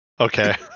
Okay